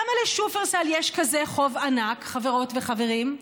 למה לשופרסל יש כזה חוב ענק, חברות וחברים?